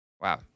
Wow